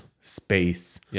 space